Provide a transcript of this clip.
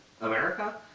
America